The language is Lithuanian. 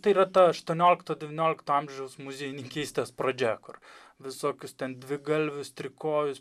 tai yra ta aštuoniolikto devyniolikto amžiaus muziejininkystės pradžia kur visokius ten dvigalvius trikojus